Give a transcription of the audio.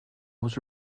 was